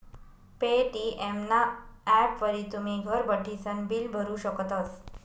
Paytm ना ॲपवरी तुमी घर बठीसन बिल भरू शकतस